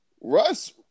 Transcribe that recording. Russ